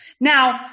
Now